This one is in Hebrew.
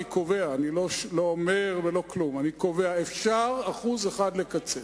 אני קובע, אני לא אומר, אפשר 1% לקצץ.